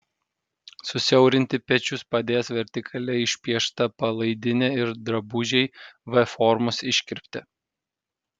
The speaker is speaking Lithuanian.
susiaurinti pečius padės vertikaliai išpiešta palaidinė ir drabužiai v formos iškirpte